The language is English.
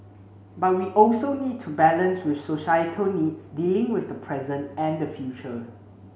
but we also need to balance with societal needs dealing with the present and the future